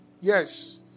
Yes